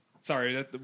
Sorry